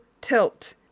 tilt